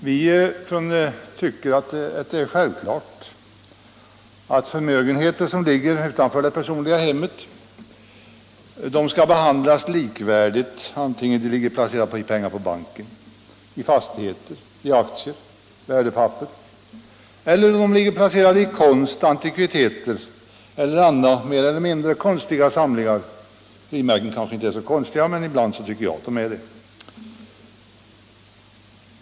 Vi tycker att det är självklart att förmögenheter som ligger utanför det personliga hemmet skall beskattas likvärdigt oavsett om de är pla cerade i pengar på banken, i fastigheter, i aktier eller andra värdepapper eller om de är placerade i konst, antikviteter eller andra mer eller mindre egendomliga samlarobjekt. Frimärken är kanske inte så egendomliga, men ibland tycker jag att de är det.